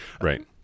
Right